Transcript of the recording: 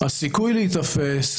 הסיכוי להיתפס,